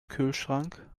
kühlschrank